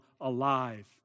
alive